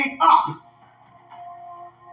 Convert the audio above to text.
Up